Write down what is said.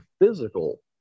physical